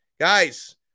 guys